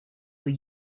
were